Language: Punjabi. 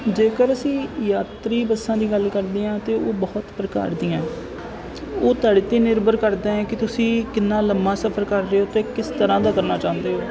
ਜੇਕਰ ਅਸੀਂ ਯਾਤਰੀ ਬੱਸਾਂ ਦੀ ਗੱਲ ਕਰਦੇ ਹਾਂ ਤਾਂ ਉਹ ਬਹੁਤ ਪ੍ਰਕਾਰ ਦੀਆਂ ਉਹ ਤੁਹਾਡੇ 'ਤੇ ਨਿਰਭਰ ਕਰਦਾ ਕਿ ਤੁਸੀਂ ਕਿੰਨਾ ਲੰਬਾ ਸਫ਼ਰ ਕਰ ਰਹੇ ਹੋ ਅਤੇ ਕਿਸ ਤਰ੍ਹਾਂ ਦਾ ਕਰਨਾ ਚਾਹੁੰਦੇ ਹੋ